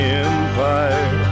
empire